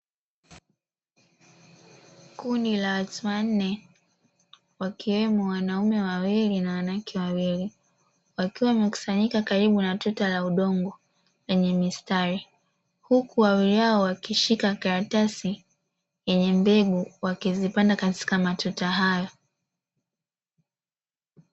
Kundi la watu wa nne wakiwemo wanaume wawili na wanawake wawili, wakiwa wamekusanyika karibu na tuta la udongo lenye mistari, huku wawili hao wakishika karatasi yenye mbegu wakizipanga katika matuta hayo.